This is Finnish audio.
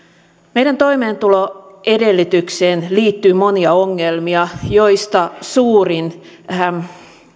meidän toimeentuloedellytykseemme liittyy monia ongelmia joista suurin